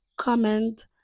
comment